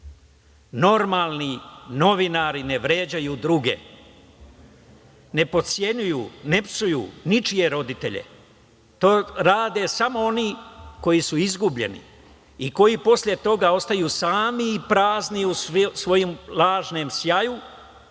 Normalni novinari ne vređaju druge, ne potcenjuju, ne psuju ničije roditelje. To rade smo oni koji su izgubljeni i koji posle toga ostaju sami i prazni u svom lažnom sjaju,